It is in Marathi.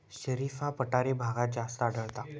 शरीफा पठारी भागात जास्त आढळता